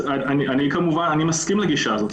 אני מסכים לגישה הזאת.